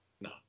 No